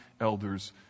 elders